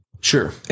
Sure